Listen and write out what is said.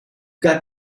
got